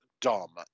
dumb